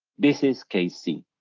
this is case c,